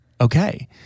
okay